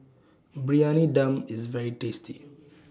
Briyani Dum IS very tasty